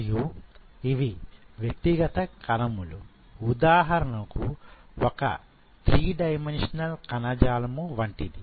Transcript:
మరియు ఇవి వ్యక్తిగత కణములు ఉదాహరణకు ఒక 3 D కణజాలము వంటిది